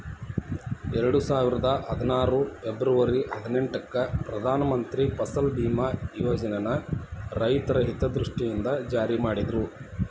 ಎರಡುಸಾವಿರದ ಹದ್ನಾರು ಫೆಬರ್ವರಿ ಹದಿನೆಂಟಕ್ಕ ಪ್ರಧಾನ ಮಂತ್ರಿ ಫಸಲ್ ಬಿಮಾ ಯೋಜನನ ರೈತರ ಹಿತದೃಷ್ಟಿಯಿಂದ ಜಾರಿ ಮಾಡಿದ್ರು